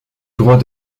droit